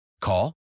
Call